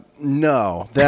no